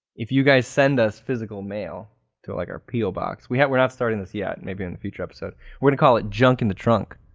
if you guys send us physical mail to like a po box, we have not started this yet and maybe in the future episode, we're gonna call it, junk in the trunk.